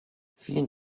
vielen